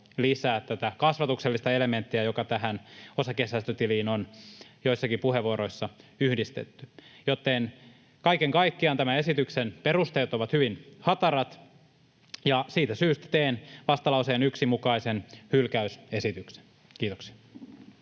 lisää tätä kasvatuksellista elementtiä, joka tähän osakesäästötiliin on joissakin puheenvuoroissa yhdistetty. Kaiken kaikkiaan tämän esityksen perusteet ovat hyvin hatarat, ja siitä syystä teen vastalauseen 1 mukaisen hyl-käysesityksen. — Kiitoksia.